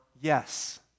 yes